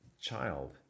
child